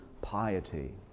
piety